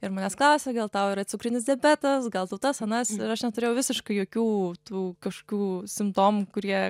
ir manęs klausia gal tau yra cukrinis diabetas gal tau tas anas ir aš neturėjau visiškai jokių tų kažkokių simptomų kurie